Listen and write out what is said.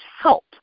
help